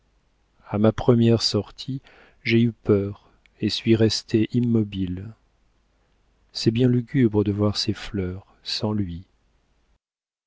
ma première sortie j'ai eu peur et suis restée immobile c'est bien lugubre de voir ses fleurs sans lui